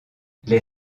les